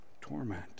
Torment